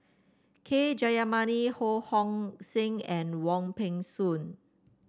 K Jayamani Ho Hong Sing and Wong Peng Soon